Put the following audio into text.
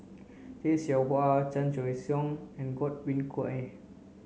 Tay Seow Huah Chan Choy Siong and Godwin Koay